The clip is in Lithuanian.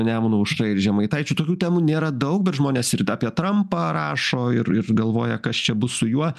nemuno aušra ir žemaitaičiu tokių temų nėra daug bet žmonės ir apie trampą rašo ir ir galvoja kas čia bus su juo